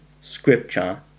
scripture